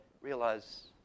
realize